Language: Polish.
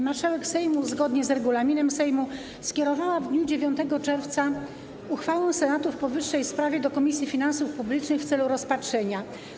Marszałek Sejmu zgodnie z regulaminem Sejmu skierowała w dniu 9 czerwca uchwałę Senatu w powyższej sprawie do Komisji Finansów Publicznych w celu rozpatrzenia.